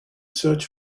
search